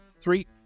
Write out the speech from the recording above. Three